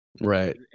Right